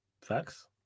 Facts